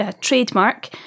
trademark